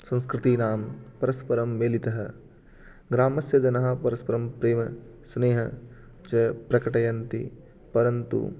संस्कृतीनां परस्परं मेलितः ग्रामस्य जनाः परस्परं प्रेम स्नेहं च प्रकटयन्ति परन्तु